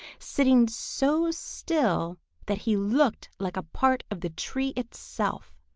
sitting so still that he looked like a part of the tree itself.